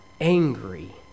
angry